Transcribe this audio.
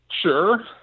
Sure